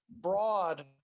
broad